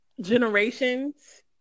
generations